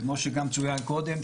כמו שגם צוין קודם,